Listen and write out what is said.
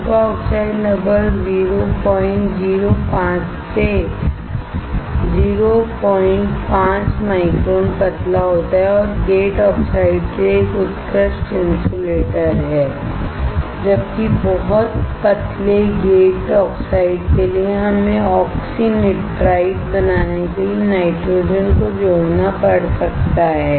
सूखा ऑक्साइड लगभग 005 से 05 माइक्रोन पतला होता है और गेट ऑक्साइड के लिए एक उत्कृष्ट इन्सुलेटर है जबकि बहुत पतले गेट ऑक्साइड के लिए हमें ऑक्सीनिट्राइड बनाने के लिए नाइट्रोजन को जोड़ना पड़ सकता है